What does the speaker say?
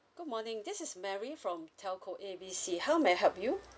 good morning this is mary from telco A B C how may I help you